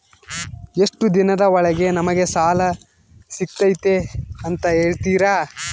ಎಷ್ಟು ದಿನದ ಒಳಗೆ ನಮಗೆ ಸಾಲ ಸಿಗ್ತೈತೆ ಅಂತ ಹೇಳ್ತೇರಾ?